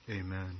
Amen